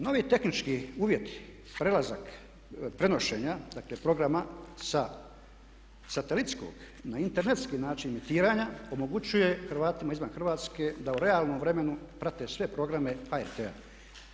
Novi tehnički uvjeti, prelazak prenošenja dakle programa sa satelitskog na internetski način emitiranja omogućuje Hrvatima izvan Hrvatske da u realnom vremenu prate sve programe HRT-a.